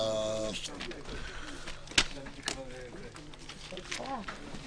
ננעלה בשעה 12:39.